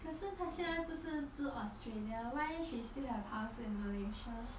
可是她现在不是住 australia why she still have house in malaysia